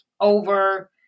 over